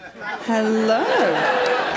Hello